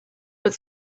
but